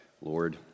Lord